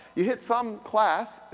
you hit some class,